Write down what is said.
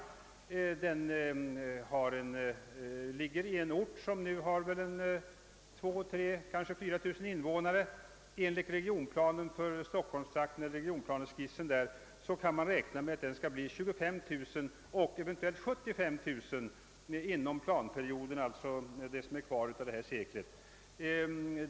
Den ligger i en ort som nu har mellan 2 000 och 4 000 invånare. Enligt regionplaneskissen för stockholmstrakten kan man räkna med att befolkningen under planperioden — alltså det som är kvar av detta sekel — kommer att uppgå till 25 000 personer eller eventuellt så mycket som 75 000 personer.